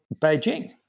Beijing